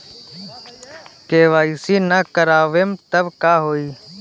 KYC ना करवाएम तब का होई?